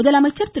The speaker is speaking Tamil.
முதலமைச்சர் திரு